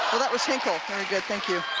that was hinkel thank you